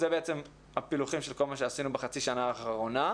זה בעצם הפילוחים של כל מה שעישנו בחצי שנה האחרונה.